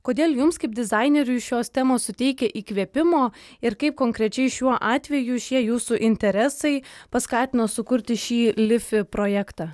kodėl jums kaip dizaineriui šios temos suteikia įkvėpimo ir kaip konkrečiai šiuo atveju šie jūsų interesai paskatino sukurti šį lifi projektą